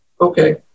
Okay